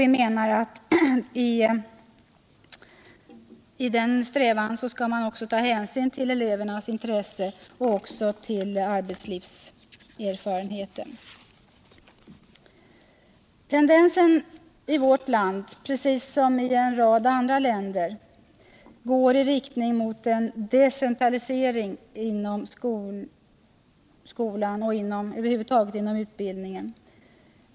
Vi anser att man i denna strävan också skall ta stor hänsyn till elevernas intressen och arbetslivserfarenheter. Tendensen i vårt land, liksom i en rad andra länder, går i riktning mot en decentralisering inom skolan och över huvud taget inom utbildningen.